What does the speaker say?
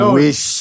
wish